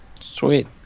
Sweet